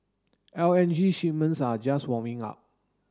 L N G shipments are just warming up